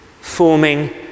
forming